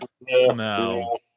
No